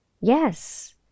Yes